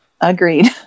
Agreed